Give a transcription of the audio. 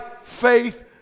faith